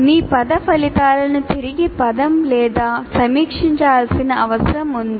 మీ పద ఫలితాలను తిరిగి పదం లేదా సమీక్షించాల్సిన అవసరం ఉంది